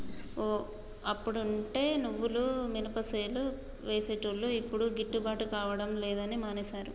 ఓ అప్పుడంటే నువ్వులు మినపసేలు వేసేటోళ్లు యిప్పుడు గిట్టుబాటు కాడం లేదని మానేశారు